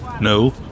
No